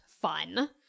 fun